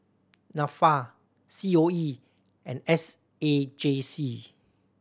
Nafa C O E and S A J C